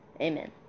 Amen